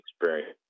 experience